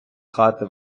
хати